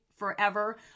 Forever